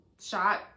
shot